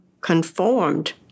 conformed